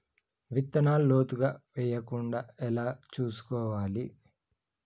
విత్తనాలు లోతుగా వెయ్యకుండా ఎలా చూసుకోవాలి?